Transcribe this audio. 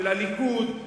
של הליכוד,